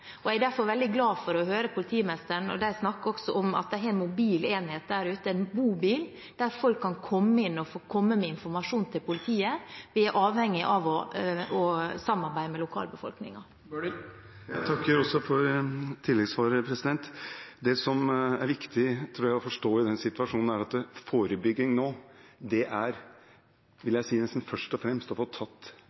Jeg ble derfor veldig glad for å høre på politimesteren, som snakket om at de har en mobil enhet der ute – en bobil – som folk kan komme inn i, og hvor man kan komme med informasjon til politiet. Vi er avhengig av å samarbeide med lokalbefolkningen. Jeg takker for tilleggssvaret også. Det som er viktig å forstå i denne situasjonen, er at forebygging nå først og fremst er å få tatt hovedpersonene i gjengene og